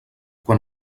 quan